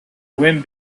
wind